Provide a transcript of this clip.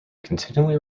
continually